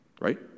right